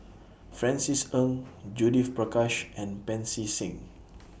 Francis Ng Judith Prakash and Pancy Seng